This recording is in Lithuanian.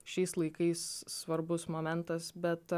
šiais laikais svarbus momentas bet